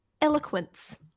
eloquence